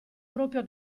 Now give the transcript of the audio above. proprio